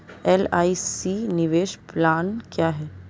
LIC निवेश plan क्या है?